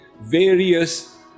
various